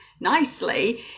nicely